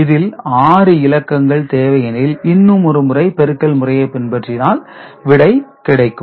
இதில் 6 இலக்கங்கள் தேவை எனில் இன்னுமொருமுறை பெருக்கல் முறையை பின்பற்றினால் விடை கிடைக்கும்